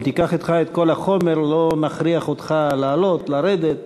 אם תיקח אתך את כל החומר לא נכריח אותך לעלות ולרדת,